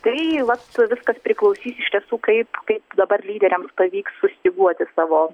tai vat viskas priklausys iš tiesų kaip kaip dabar lyderiams pavyks sustyguoti savo